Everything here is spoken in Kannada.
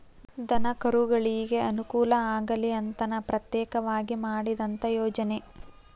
ದನಕರುಗಳಿಗೆ ಅನುಕೂಲ ಆಗಲಿ ಅಂತನ ಪ್ರತ್ಯೇಕವಾಗಿ ಮಾಡಿದಂತ ಯೋಜನೆ